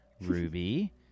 Ruby